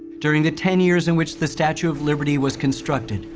during the ten years in which the statue of liberty was constructed,